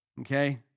Okay